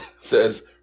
says